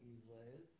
Israel